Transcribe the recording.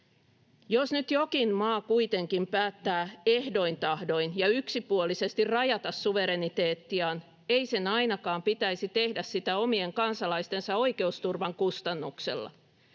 Jos nyt jokin maa kuitenkin päättää ehdoin tahdoin ja yksipuolisesti rajata suvereniteettiaan, ei sen ainakaan pitäisi tehdä sitä omien kansalaistensa oikeusturvan kustannuksella.